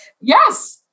Yes